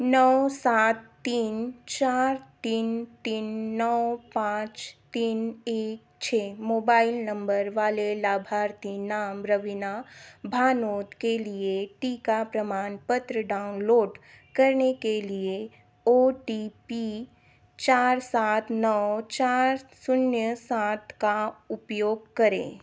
नौ सात तीन चार तीन तीन नौ पाँच तीन एक छः मोबाइल नंबर वाले लाभार्थी नाम रवीना भानोद के लिए टीका प्रमाणपत्र डाउनलोड करने के लिए ओ टी पी चार सात नौ चार शून्य सात का उपयोग करें